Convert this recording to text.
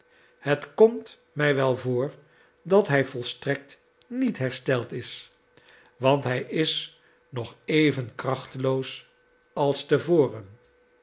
het komt mij wel voor dat hij volstrekt niet hersteld is want hij is nog even krachteloos als